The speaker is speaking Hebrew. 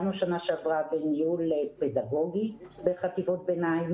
בשנה שעברה התחלנו בניהול פדגוגי בחטיבות הביניים